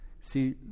See